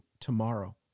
tomorrow